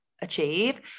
achieve